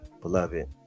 beloved